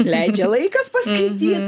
leidžia laikas paskaityt